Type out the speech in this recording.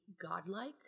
godlike